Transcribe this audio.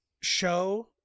show